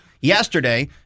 yesterday